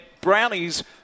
Brownies